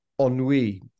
ennui